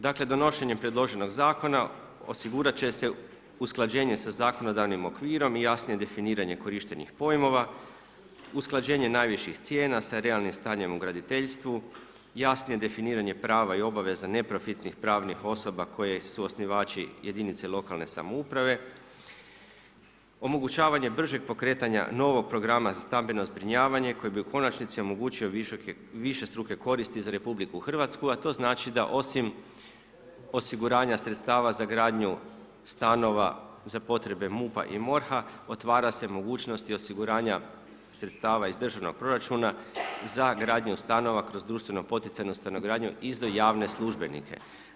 Dakle donošenjem predloženog zakona osigurat će se usklađenje sa zakonodavnim okvirom i jasnije definiranje korištenih pojmova, usklađenje najviših cijena sa realnim stanjem u graditeljstvu, jasnije definiranje prava i obaveza neprofitnih pravnih osoba koje su osnivači jedinice lokalne samouprave, omogućavanje bržeg pokretanja novog programa za stambeno zbrinjavanje koji bi u konačnici omogućio višestruke koristi za RH, a to znači da osim osiguranja sredstava za gradnju stanova za potrebe MUP-a i MORH-a otvara se mogućnost i osiguranja sredstava iz državnog proračuna za gradnju stanova kroz društveno poticajnu stanogradnju i za javne službenike.